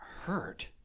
hurt